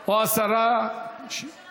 או שרת המשפטים.